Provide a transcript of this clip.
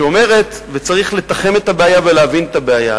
וצריך לתחם את הבעיה ולהבין את הבעיה,